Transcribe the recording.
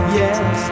yes